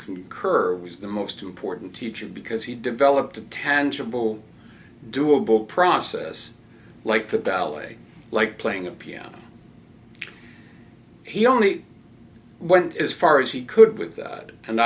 concur was the most important teacher because he developed a tangible doable process like the ballet like playing a piano he only went as far as he could with that and